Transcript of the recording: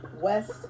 west